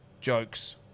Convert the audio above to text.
jokes